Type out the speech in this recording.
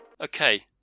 Okay